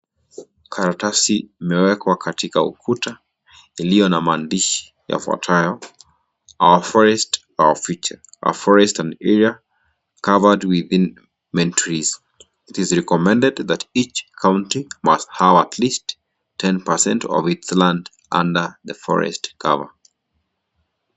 Haratasi imewekwa katika ufukuta. Iliyo na mandishi yafatayo. Our forest, our future. A forest an area covered within main trees. It is recommended that each country must have at least 10% of its land under the forest cover .